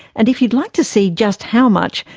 and if you'd like to see just how much,